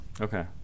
Okay